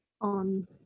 on